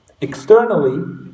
Externally